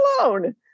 alone